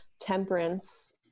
temperance